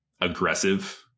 aggressive